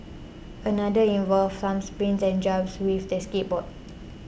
another involved some spins and jumps with the skateboard